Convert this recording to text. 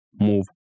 move